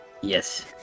yes